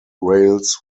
rails